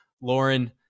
lauren